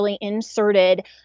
inserted